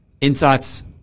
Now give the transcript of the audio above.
Insights